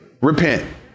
Repent